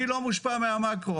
אני לא מושפע מהמקרו.